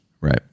Right